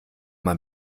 man